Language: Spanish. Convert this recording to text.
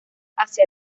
hacia